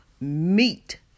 meet